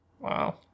Wow